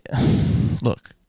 look